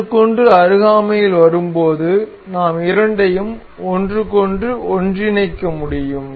ஒன்றுக்கொன்று அருகாமையில் வரும்போது நாம் இரண்டையும் ஒன்றுக்கொன்று ஒன்றிணைக்க முடியும்